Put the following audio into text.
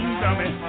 dummy